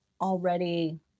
already